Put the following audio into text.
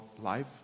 life